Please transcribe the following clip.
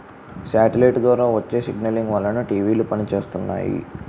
satellite ద్వారా వచ్చే signalling వలన టీవీలు పనిచేస్తున్నాయి